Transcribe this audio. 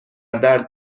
درد